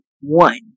one